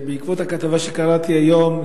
בעקבות הכתבה שקראתי היום,